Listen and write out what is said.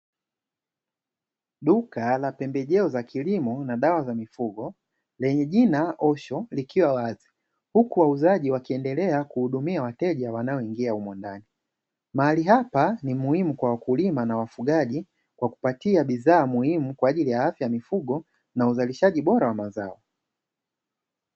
Duka la pembejeo za kilimo na dawa za mifugo, lenye jina Osho likiwa wazi, huku wa wauzaji wakiendelea kuhudumia wateja wanaoingia humo ndani, mahali hapa ni muhimu kwa wakulima na wafugaji, kwa kupatia bidhaa muhimu kwa ajili ya afya ya mifugo na uzalishaji bora wa mazao.